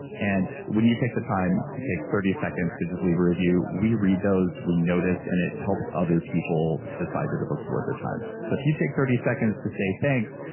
and when you take the time to take thirty seconds to just leave a review, we read those, we notice and it helps other people decide that the book's worth their time so if you take thirty seconds to say thanks,